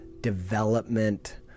development